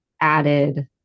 added